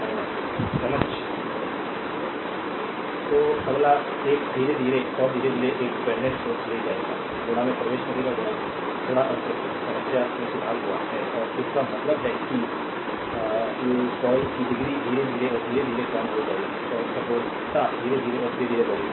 slide time देखें 0518 तो अगला एक धीरे धीरे और धीरे धीरे एक डिपेंडेंट सोर्स ले जाएगा प्रवेश करेगा थोड़ा अब सर्किट समस्या में सुधार हुआ है इसका मतलब है कि your क्या कॉल की डिग्री धीरे धीरे और धीरे धीरे कम हो जाएगी और कठोरता धीरे धीरे और धीरे धीरे बढ़ेगी